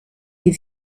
die